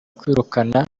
kwirukana